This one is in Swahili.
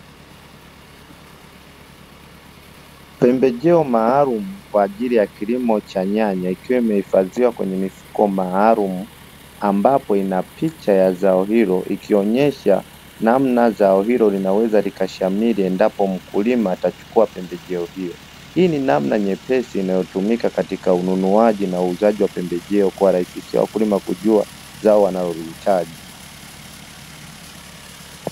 Pembejeo maalumu kwa ajili ya kilimo cha nyanya, ikiwa imehifadhiwa kwenye mifuko maalumu ambapo ina picha ya zao hilo, ikionyesha namna zao hilo linaweza likashamiri endapo mkulima atachukua pembejeo hiyo. Hii ni namna nyepesi inayotumika katika ununuaji na uuzaji wa pembejeo kuwarahisishia wakulima kujua zao wanalolihitaji.